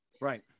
Right